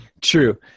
true